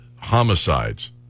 homicides